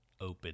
open